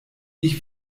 ich